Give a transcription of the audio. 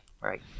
right